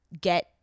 get